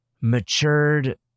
matured